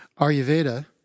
Ayurveda